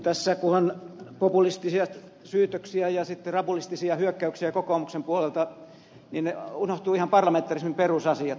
tässä kun on ollut populistisia syytöksiä ja sitten rabulistisia hyökkäyksiä kokoomuksen puolelta niin unohtuvat ihan parlamentarismin perusasiat